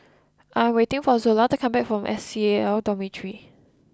I am waiting for Zola to come back from S C A L Dormitory